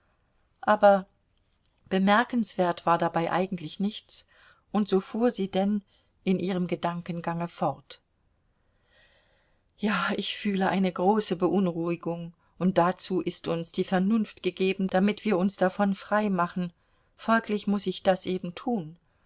aber bemerkenswert war dabei eigentlich nichts und so fuhr sie denn in ihrem gedankengange fort ja ich fühle eine große beunruhigung und dazu ist uns die vernunft gegeben damit wir uns davon frei machen folglich muß ich das eben tun